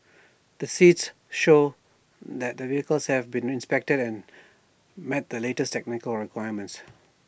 the seats show that the vehicles have been inspected and met the latest technical requirements